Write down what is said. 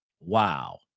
wow